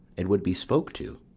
it would be spoke to.